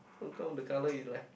how come the colour is like